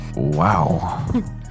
Wow